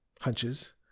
hunches